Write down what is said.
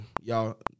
y'all